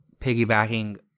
piggybacking